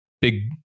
big